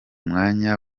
mwanya